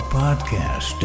podcast